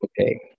Okay